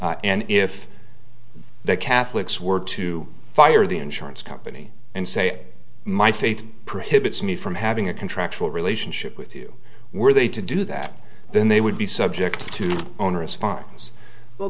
throughout and if the catholics were to fire the insurance company and say my faith prohibits me from having a contractual relationship with you were they to do that then they would be subject to onerous farms well